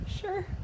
Sure